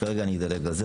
כרגע מדלג על זה.